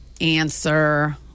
answer